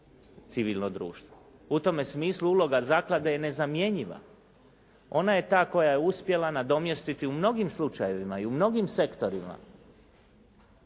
civilno društvo. U tome smislu uloga zaklade je nezamjenjiva, ona je ta koja je uspjela nadomjestiti u mnogim slučajevima i u mnogim sektorima